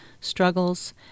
struggles